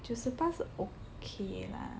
九十八是 okay lah